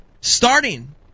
starting